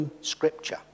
Scripture